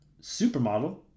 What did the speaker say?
Supermodel